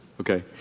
Okay